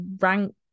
rank